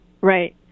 right